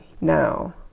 now